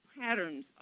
patterns